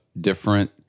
different